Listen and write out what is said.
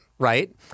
Right